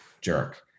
jerk